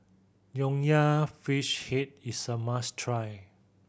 Nonya Fish Head is a must try